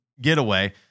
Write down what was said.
getaway